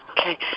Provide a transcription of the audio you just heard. Okay